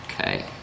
Okay